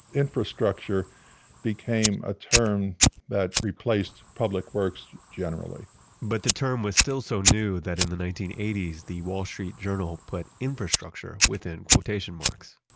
infrastructure became a term that replaced public works generally but the term was still so new that in the nineteen eighty s, the wall street journal put infrastructure within quotation marks.